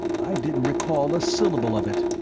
i didn't recall a syllable of it.